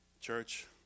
Church